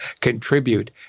contribute